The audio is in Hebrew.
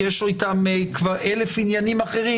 כי יש להם כבר אלף עניינים אחרים,